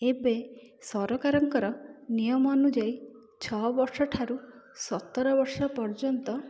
ଏବେ ସରକାରଙ୍କର ନିୟମ ଅନୁଯାୟୀ ଛଅ ବର୍ଷଠାରୁ ସତର ବର୍ଷ ପର୍ଯ୍ୟନ୍ତ